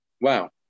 wow